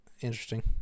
Interesting